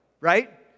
Right